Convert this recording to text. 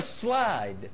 slide